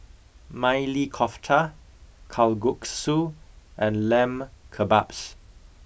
Maili Kofta Kalguksu and Lamb Kebabs